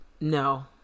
no